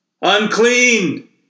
unclean